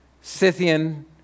Scythian